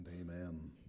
amen